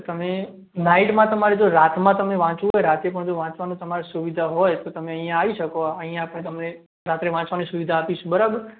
કે તમે નાઈટમાં તમારે જો રાતમાં તમે વાંચવું હોય રાતે પણ જો વાંચવાનું તમારે સુવિધા હોય તો તમે અહીં આવી શકો અહીંયા આપણે તમે રાત્રે વાંચવાની સુવિધા આપીશું બરાબર